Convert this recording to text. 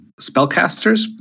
spellcasters